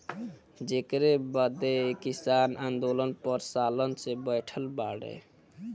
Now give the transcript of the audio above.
जेकरे बदे किसान आन्दोलन पर सालन से बैठल बाड़े